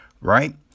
right